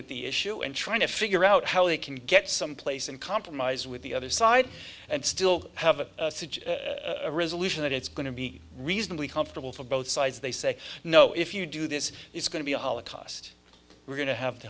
with the issue and trying to figure out how they can get some place and compromise with the other side and still have a resolution that it's going to be reasonably comfortable for both sides they say no if you do this it's going to be a holocaust we're going to have the